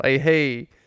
hey